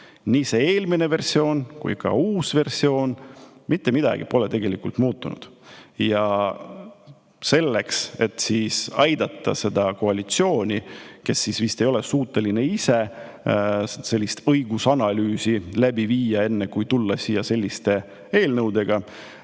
nii eelmine versioon kui ka uus versioon. Mitte midagi pole tegelikult muutunud. Selleks, et aidata seda koalitsiooni, kes vist ei ole suuteline ise õigusanalüüsi läbi viima enne, kui tuleb siia selliste eelnõudega,